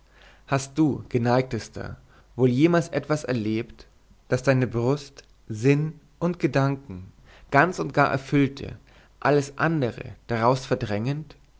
hast du geneigtester wohl jemals etwas erlebt das deine brust sinn und gedanken ganz und gar erfüllte alles andere daraus verdrängend